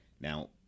Now